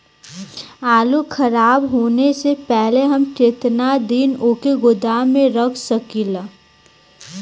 आलूखराब होने से पहले हम केतना दिन वोके गोदाम में रख सकिला?